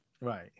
Right